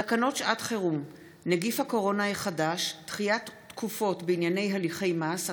תקנות שעת חירום (נגיף הקורונה החדש) (דחיית תקופות בענייני הליכי מס),